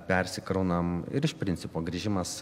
persikraunam ir iš principo grįžimas